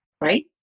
right